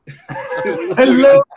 Hello